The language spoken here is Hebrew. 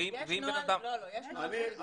אני